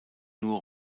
nur